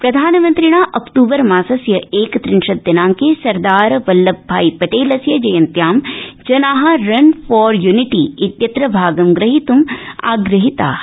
प्रधानमन्त्रिणा अक्तूबर मासस्य एकत्रिंशत् दिनाइके सरदार वल्लभ भाई पटेलस्य जयन्त्यां जना रन फॉर यूनिटी इत्यत्र भागं ग्रहीत्म् आग्रहिता